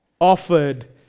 offered